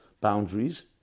boundaries